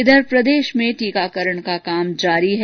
इधर प्रदेश में टीकाकरण का काम जारी है